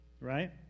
right